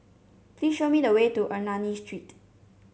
please show me the way to Ernani Street